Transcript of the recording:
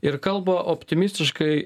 ir kalba optimistiškai